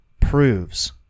proves